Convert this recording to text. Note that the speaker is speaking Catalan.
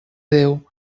déu